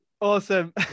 Awesome